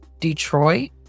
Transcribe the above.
Detroit